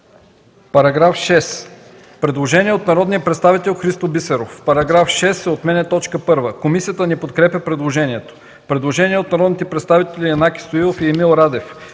Параграф 6 – предложение от народния представител Христо Бисеров: В § 6 се отменя т. 1. Комисията не подкрепя предложението. Предложение от народните представители Янаки Стоилов и Емил Радев.